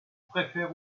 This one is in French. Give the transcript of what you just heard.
préfère